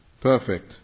perfect